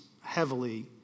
heavily